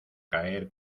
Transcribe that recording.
caer